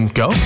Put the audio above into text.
go